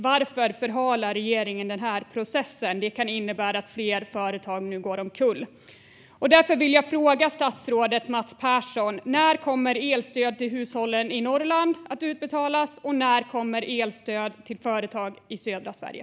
Varför förhalar regeringen den här processen? Det kan innebära att fler företag nu går omkull. Därför vill jag fråga statsrådet Mats Persson: När kommer elstöd till hushållen i Norrland att utbetalas, och när kommer elstöd till företag i södra Sverige?